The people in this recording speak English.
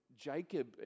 Jacob